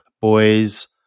boys